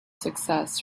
success